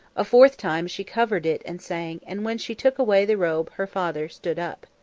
a fourth time she covered it and sang, and when she took away the robe her father stood up.